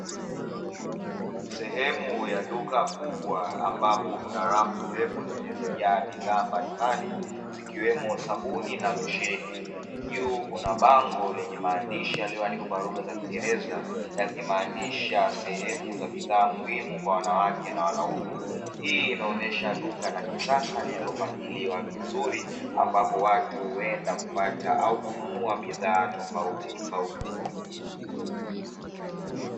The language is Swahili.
Sehemu ya duka kubwa ambapo kuna rafu ndefu zilizojaa bidhaa mbalimbali zikiwemo sabuni na rosheni, juu kuna bango lenye maandishi yaliyoandikwa kwa lugha za kingereza yakimaanisha sehemu za bidhaa muhimu kwa wanawake na wanaume, hii inaonyesha duka la kisasa lililopangiliwa vizuri ambapo watu huenda kupata au kununua bidhaa tofautitofauti.